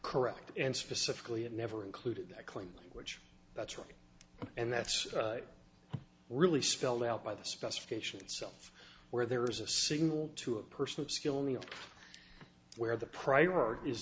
correct and specifically it never included that claim which that's right and that's really spelled out by the specifications self where there is a signal to a person of skill me of where the priorit